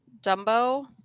Dumbo